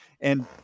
And-